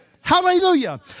Hallelujah